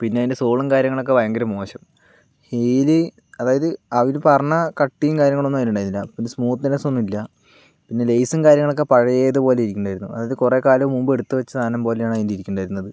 പിന്നെ അതിൻ്റെ സോളും കാര്യങ്ങളൊക്കെ ഭയങ്കര മോശം ഹീൽ അതായത് അവർ പറഞ്ഞ കട്ടിയും കാര്യങ്ങളൊന്നും അതിനുണ്ടായിരുന്നില്ല പിന്നെ സ്മൂത്നെസ് ഒന്നും ഇല്ല പിന്നെ ലേസും കാര്യങ്ങളൊക്കെ പഴയതു പോലെ ഇരിക്കുന്നുണ്ടായിരുന്നു അത് കുറേ കാലം മുൻപ് എടുത്ത് വെച്ച സാധനം പോലെയാണ് അതിൻ്റെ ഇരിയ്ക്കുന്നുണ്ടായിരുന്നത്